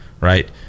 right